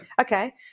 okay